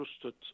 trusted